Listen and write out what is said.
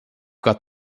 got